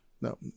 No